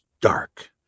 dark